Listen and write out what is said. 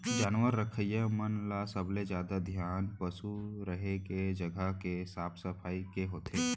जानवर रखइया मन ल सबले जादा धियान पसु रहें के जघा के साफ सफई के होथे